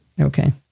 Okay